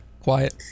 quiet